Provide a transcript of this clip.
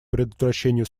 предотвращению